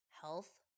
health